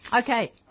Okay